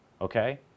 okay